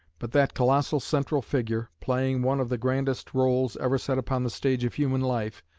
but that colossal central figure, playing one of the grandest roles ever set upon the stage of human life,